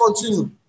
continue